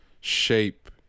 shape